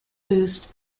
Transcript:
boost